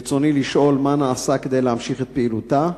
ברצוני לשאול: 1. מה נעשה כדי להמשיך את פעילותה?